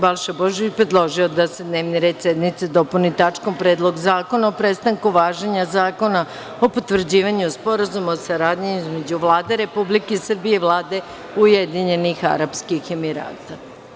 Balša Božović predložio je da se dnevni red sednice dopuni tačkom – Predlog zakona o prestanku važenja Zakona o potvrđivanju Sporazuma o saradnji između Vlade Republike Srbije i Vlade Ujedinjenih Arapskih Emirata.